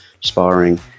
sparring